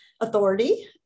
authority